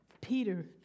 Peter